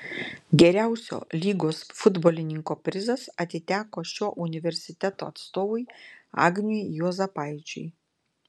geriausio lygos futbolininko prizas atiteko šio universiteto atstovui agniui juozapaičiui